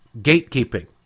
gatekeeping